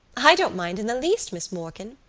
i don't mind in the least, miss morkan.